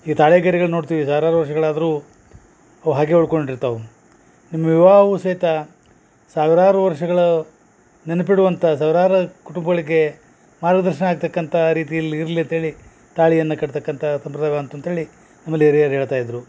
ಈ ತಾಳೇಗರಿಗಳು ನೋಡ್ತೀವಿ ಸಾವಿರಾರು ವರ್ಷಗಳಾದರು ಅವು ಹಾಗೇ ಉಳ್ಕೊಂಡಿರ್ತವು ನಿಮ್ಮ ವಿವಾಹವು ಸಹಿತ ಸಾವಿರಾರು ವರ್ಷಗಳ ನೆನ್ಪಿಡುವಂಥ ಸಾವ್ರಾರು ಕುಟುಂಬಗಳಿಗೆ ಮಾರ್ಗದರ್ಶನ ಆಗ್ತಕ್ಕಂಥ ರೀತಿಲಿ ಇರಲಿ ಅಂತ್ಹೇಳಿ ತಾಳಿಯನ್ನ ಕಟ್ತಕ್ಕಂಥ ಸಂಪ್ರದಾಯ ಬಂತು ಅಂತ್ಹೇಳಿ ನಮ್ಮಲ್ಲಿ ಹಿರಿಯರು ಹೇಳ್ತಾ ಇದ್ದರು